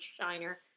shiner